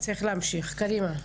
צריך להמשיך קדימה.